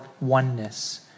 oneness